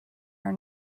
are